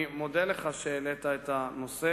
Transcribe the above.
אני מודה לך על שהעלית את הנושא.